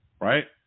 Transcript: right